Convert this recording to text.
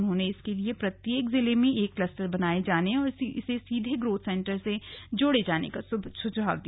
उन्होंने इसके लिये प्रत्येक जिले में एक कलस्टर बनाये जाने और इसे ग्रोथ सेन्टर से जोड़े जाने का सुझाव दिया